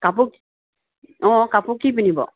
কাপোৰ অ কাপোৰ কি পিন্ধিব